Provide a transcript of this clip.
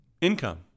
income